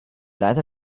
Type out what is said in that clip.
leiter